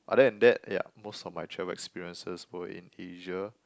other than that yeah most of my travel experiences were in Asia